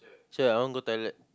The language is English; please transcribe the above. cher I want go toilet